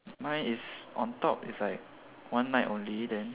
mine is on top is like one night only then